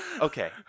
Okay